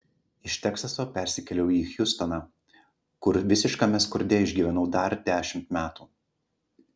iš teksaso persikėliau į hjustoną kur visiškame skurde išgyvenau dar dešimt metų